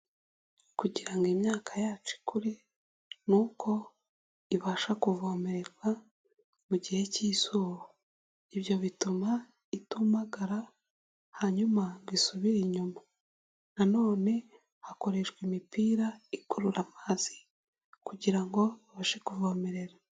Kugira ngo imyaka yacu ikure, ni uko ibasha kuvomererwa, mu gihe cy'izuba. Ibyo bituma itumamagara, hanyuma ngo isubire inyuma. Nanone, hakoreshwa imipira ikurura amazi kugira ngo babashe kuvomerera.